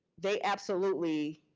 they absolutely,